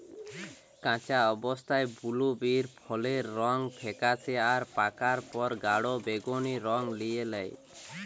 কাঁচা অবস্থায় বুলুবেরি ফলের রং ফেকাশে আর পাকার পর গাঢ় বেগুনী রং লিয়ে ল্যায়